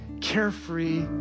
carefree